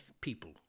people